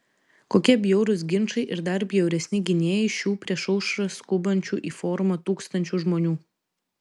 kokie bjaurūs ginčai ir dar bjauresni gynėjai šių prieš aušrą skubančių į forumą tūkstančių žmonių